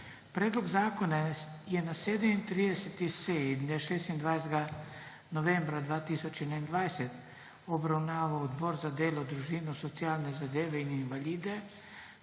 Predlog zakona je na 37. seji dne 26. novembra 2021 obravnaval Odbor za delo, družino, socialne zadeve in invalide